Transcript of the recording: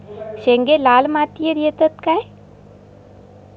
शेंगे लाल मातीयेत येतत काय?